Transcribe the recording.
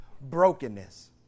brokenness